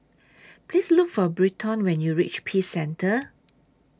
Please Look For Britton when YOU REACH Peace Centre